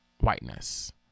whiteness